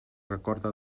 recorda